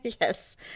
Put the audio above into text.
Yes